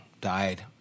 died